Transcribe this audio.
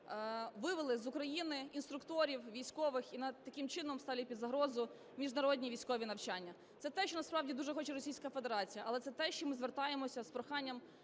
вивели з України інструкторів, військових і таким чином ставлять під загрозу міжнародні військові навчання. Це те, що насправді дуже хоче Російська Федерація, але це те, що ми звертаємося з проханням